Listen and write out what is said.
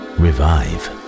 revive